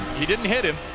he didn't hit him,